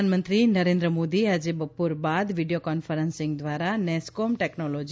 પ્રધાનમંત્રી નરેન્દ્ર મોદી આજે બપોર બાદ વિડીયો કોન્ફરન્સીંગ ધ્વારા નેસ્કીમ ટેકનોલોજી